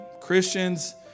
Christians